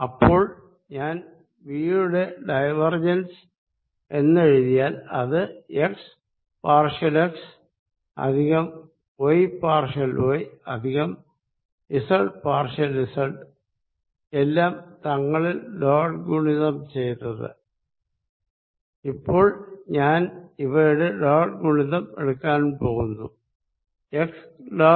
അപ്പോൾ ഞാൻ V യുടെ ഡൈവർജൻസ് എന്നെഴുതിയാൽ അത് x partial x plus y partial y plus z partial z എല്ലാം തങ്ങളിൽ ഡോട്ട് ഗുണിതം ചെയ്തത് ഇപ്പോൾ ഞാൻ ഇവയുടെ ഡോട്ട് ഗുണിതം എടുക്കാൻ പോകുന്നു x